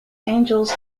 angels